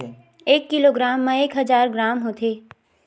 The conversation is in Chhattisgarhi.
एक किलोग्राम मा एक हजार ग्राम होथे